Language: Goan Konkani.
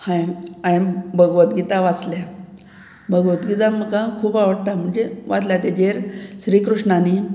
हांयें हांयेन भगवत गीता वासल्या भगवतगीतान म्हाका खूब आवडटा म्हणजे वाचल्या तेजेर श्री कृष्णानी